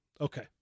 okay